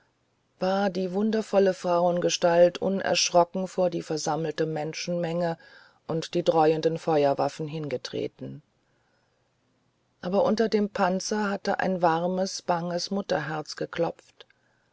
war die wundervolle frauengestalt unerschrocken vor die versammelte menschenmenge und die dräuenden feuerwaffen hingetreten aber unter dem panzer hatte ein warmes banges mutterherz geklopft